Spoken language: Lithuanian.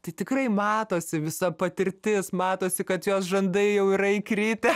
tai tikrai matosi visa patirtis matosi kad jos žandai jau yra įkritę